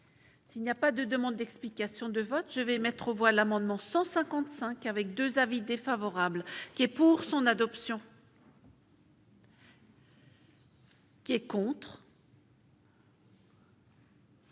S'il n'y a pas de demande d'explication de vote, je vais mettre aux voix l'amendement 155 avec 2 avis défavorables qui est pour son adoption. Il n'est pas